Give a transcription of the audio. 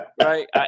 right